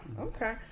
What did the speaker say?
Okay